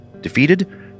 Defeated